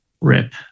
rip